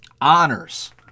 honors